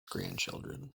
grandchildren